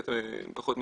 כי אתם פחות מכירים,